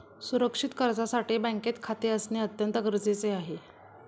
सुरक्षित कर्जासाठी बँकेत खाते असणे अत्यंत गरजेचे आहे